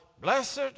blessed